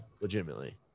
Legitimately